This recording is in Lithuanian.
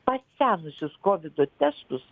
pasenusius kovido testus